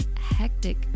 hectic